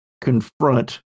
confront